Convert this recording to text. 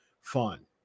fun